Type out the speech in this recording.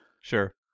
Sure